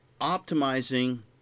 optimizing